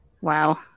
Wow